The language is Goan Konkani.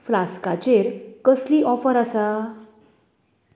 फ्लास्काचेर कसली ऑफर आसा